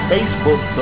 Facebook